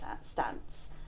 stance